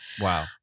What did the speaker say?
Wow